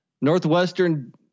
Northwestern